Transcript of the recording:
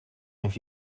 have